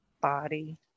body